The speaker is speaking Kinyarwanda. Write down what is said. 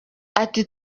ati